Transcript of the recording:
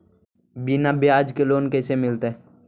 बिना ब्याज के लोन कैसे मिलतै?